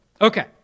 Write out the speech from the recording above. Okay